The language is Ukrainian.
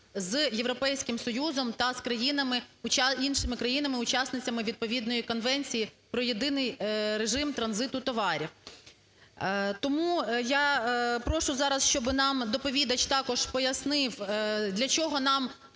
з Європейським Союзом та з іншими країнами-учасницями відповідної Конвенції про єдиний режим транзиту товарів. Тому я прошу зараз, щоби нам доповідач також пояснив для чого нам